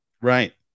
right